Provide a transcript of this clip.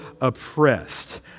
oppressed